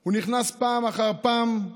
הוא נכנס פעם אחר פעם,